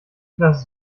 lass